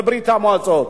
בברית-המועצות.